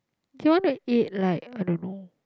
do you want to eat like I don't know